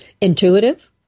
Intuitive